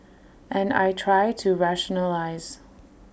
and I try to rationalise